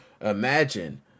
Imagine